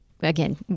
Again